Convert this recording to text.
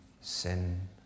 sin